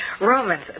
Romans